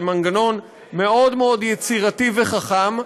זה מנגנון מאוד מאוד יצירתי וחכם,